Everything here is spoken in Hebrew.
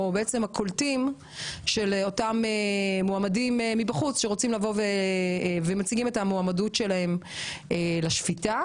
אנחנו הקולטים של אותם מועמדים מבחוץ שמציגים את המועמדות שלהם לשפיטה,